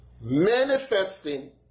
manifesting